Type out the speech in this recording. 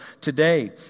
today